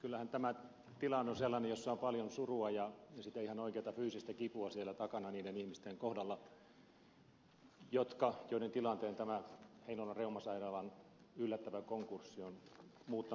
kyllähän tämä tilanne on sellainen jossa on paljon surua ja sitä ihan oikeata fyysistä kipua siellä takana niiden ihmisten kohdalla joiden tilanteen tämä heinolan reumasairaalan yllättävä konkurssi on muuttanut täysin